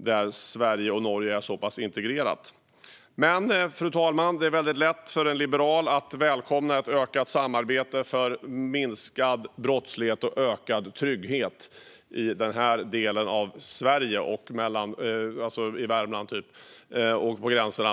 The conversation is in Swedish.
där Sverige och Norge är så pass integrerade. Fru talman! Det är lätt för en liberal att välkomna ett ökat samarbete mellan Sverige och Norge för minskad brottslighet och ökad trygghet i den delen av Sverige, till exempel Värmland och längs gränsen.